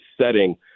setting